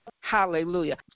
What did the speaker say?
Hallelujah